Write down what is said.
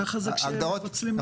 ככה זה כשמפצלים לשניים.